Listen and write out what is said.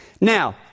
Now